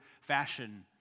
fashion